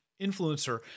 influencer